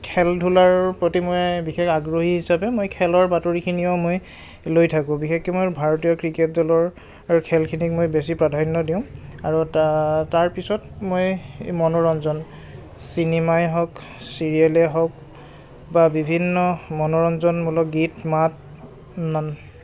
খেল ধূলাৰ প্ৰতি মই বিশেষ আগ্ৰহী হিচাপে মই খেলৰ বাতৰিখিনিও মই লৈ থাকোঁ বিশেষকৈ মই ভাৰতীয় ক্ৰিকেট দলৰ খেলখিনিক মই বেছি প্ৰাধান্য দিওঁ আৰু তা তাৰপিছত মই মনোৰঞ্জন চিনেমাই হওক ছিৰিয়লেই হওক বা বিভিন্ন মনোৰঞ্জনমূলক গীত মাত